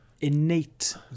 innate